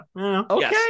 okay